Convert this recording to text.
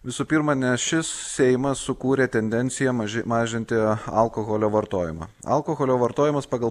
visų pirma nes šis seimas sukūrė tendenciją maži mažinti alkoholio vartojimą alkoholio vartojimas pagal